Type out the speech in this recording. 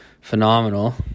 phenomenal